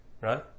right